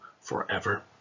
forever